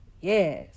Yes